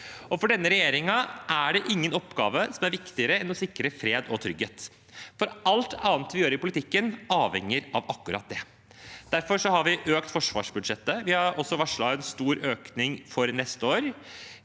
For denne regjeringen er det ingen oppgave som er viktigere enn å sikre fred og trygghet, for alt annet vi gjør i politikken, avhenger av akkurat det. Derfor har vi økt forsvarsbudsjettet. Vi har også varslet en stor økning for neste år.